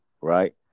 right